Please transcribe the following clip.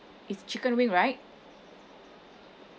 it's chicken wing right